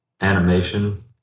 animation